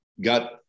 Got